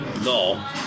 No